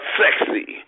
sexy